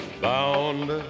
bound